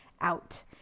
out